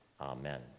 Amen